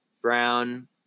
brown